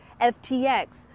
FTX